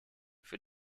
für